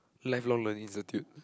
lifelong learning institute